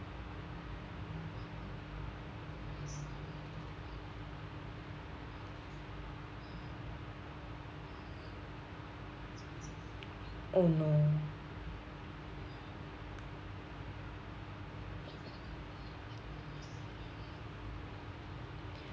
oh no